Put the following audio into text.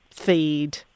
feed